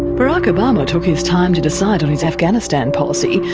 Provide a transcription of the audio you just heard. barack obama took his time to decide on his afghanistan policy,